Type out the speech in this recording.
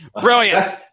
Brilliant